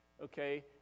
okay